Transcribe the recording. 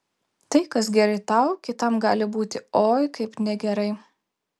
tai kas gerai tau kitam gali būti oi kaip negerai